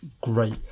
great